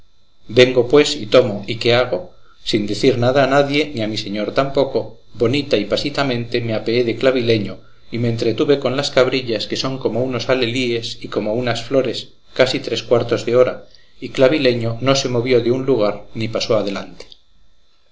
vengo pues y tomo y qué hago sin decir nada a nadie ni a mi señor tampoco bonita y pasitamente me apeé de clavileño y me entretuve con las cabrillas que son como unos alhelíes y como unas flores casi tres cuartos de hora y clavileño no se movió de un lugar ni pasó adelante